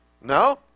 No